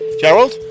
Gerald